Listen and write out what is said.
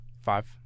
Five